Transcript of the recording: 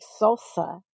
salsa